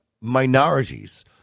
minorities